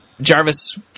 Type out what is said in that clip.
Jarvis